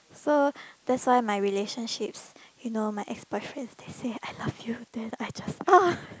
so that's why my relationships you know my ex boyfriends they say I love you then I just oh